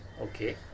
Okay